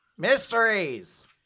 mysteries